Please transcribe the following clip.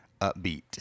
upbeat